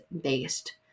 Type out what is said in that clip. based